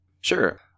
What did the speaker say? Sure